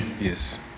Yes